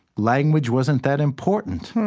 language wasn't that important